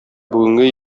бүгенге